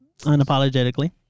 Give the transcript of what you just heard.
Unapologetically